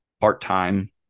part-time